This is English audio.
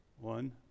one